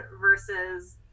versus